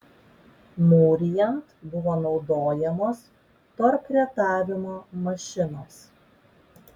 mūrijant buvo naudojamos torkretavimo mašinos